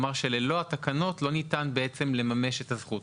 כלומר, ללא התקנות, לא ניתן בעצם לממש את הזכות.